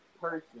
person